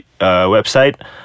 website